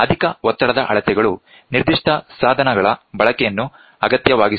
ಅಧಿಕ ಒತ್ತಡದ ಅಳತೆಗಳು ನಿರ್ದಿಷ್ಟ ಸಾಧನಗಳ ಬಳಕೆಯನ್ನು ಅಗತ್ಯವಾಗಿಸುತ್ತದೆ